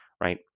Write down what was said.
right